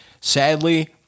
sadly